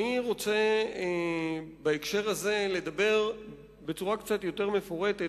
אני רוצה בהקשר הזה לדבר בצורה קצת יותר מפורטת